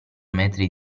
metri